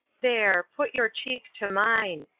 there put your cheek to mine.